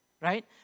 Right